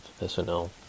SNL